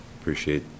appreciate